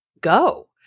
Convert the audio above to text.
go